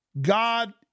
God